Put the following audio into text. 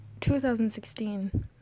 2016